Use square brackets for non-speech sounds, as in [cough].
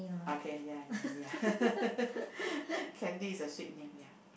okay ya ya ya [laughs] Candy is a sweet name yeah